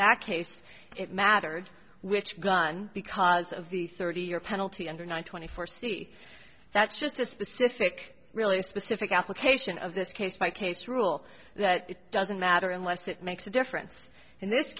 that case it mattered which gun because of the surgery your penalty under one twenty four c that's just a specific really specific application of this case by case rule that it doesn't matter unless it makes a difference in this